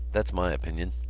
that's my opinion!